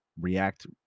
react